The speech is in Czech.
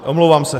Omlouvám se.